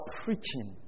preaching